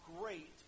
great